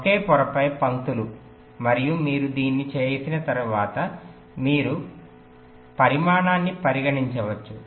ఒకే పొరపై పంక్తులు మరియు మీరు దీన్ని చేసిన తర్వాత మీరు పరిమాణాన్ని పరిగణించవచ్చు